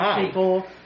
people